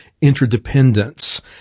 interdependence